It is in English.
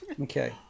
Okay